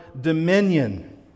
dominion